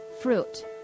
fruit